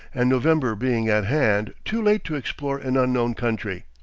and november being at hand, too late to explore an unknown country,